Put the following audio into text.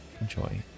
enjoy